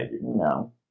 No